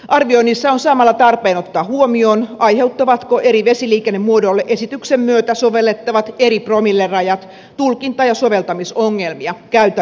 arvioinnissa on samalla tarpeen ottaa huomioon aiheuttavatko eri vesiliikennemuotoihin esityksen myötä sovellettavat eri promillerajat tulkinta ja soveltamisongelmia käytännön työssä